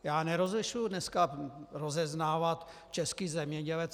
Já nerozlišuji dneska rozeznávat český zemědělec.